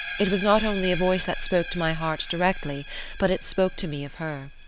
it was not only a voice that spoke to my heart directly but it spoke to me of her.